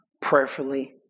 prayerfully